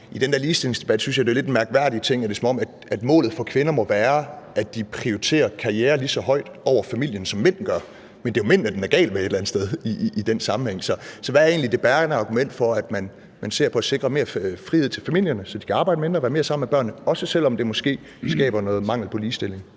ligestillingsdebat synes jeg, det var en lidt mærkværdig ting, for det var, som om målet for kvinder må være, at de prioriterer karriere lige så højt over familien, som mænd gør, men det er jo mændene, den et eller andet sted er gal med i den sammenhæng. Så hvad er egentlig det bærende argument for, at man ser på at sikre mere frihed til familierne, så de kan arbejde mindre, være mere sammen med børnene, også selv om det måske skaber noget mangel på ligestilling?